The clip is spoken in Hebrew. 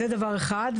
זה דבר אחד.